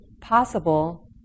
possible